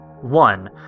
One